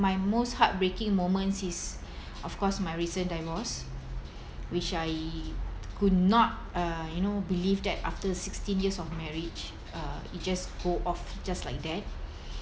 my most heartbreaking moments is of course my recent divorce which I could not uh you know believe that after sixteen years of marriage uh he just go off just like that